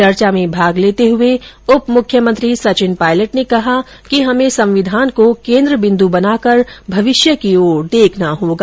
चर्चा में भाग लेते हुए उपमुख्यमंत्री सचिन पायलट ने कहा कि हमें संविधान को केंद्र बिंदु बनाकर भविष्य की ओर देखना होगा